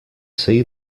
see